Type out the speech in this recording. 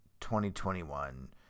2021